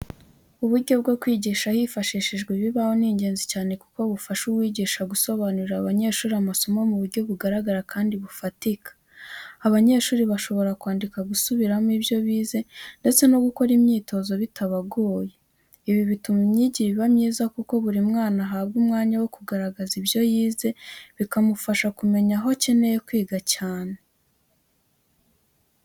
Uburyo bwo kwigisha hifashishijwe ibibaho ni ingenzi cyane kuko bufasha uwigisha gusobanurira abanyeshuri amasomo mu buryo bugaragara kandi bufatika. Abanyeshuri bashobora kwandika, gusubiramo ibyo bize, ndetse no gukora imyitozo bitabagoye. Ibi bituma imyigire iba myiza kuko buri mwana ahabwa umwanya wo kugaragaza ibyo yize, bikamufasha kumenya aho akeneye kwiga cyane.